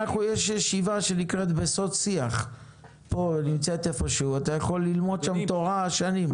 יש ישיבה שנקראת בסוד שיח ואתה יכול ללמוד שם תורה במשך שנים.